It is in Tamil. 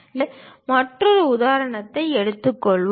இப்போது மற்றொரு உதாரணத்தை எடுத்துக் கொள்வோம்